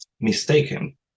mistaken